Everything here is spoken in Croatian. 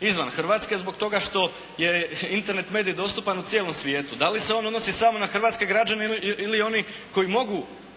izvan Hrvatske zbog toga što je Internet medij dostupan u cijelom svijetu? Da li se on odnosi samo na hrvatske građane ili oni koji mogu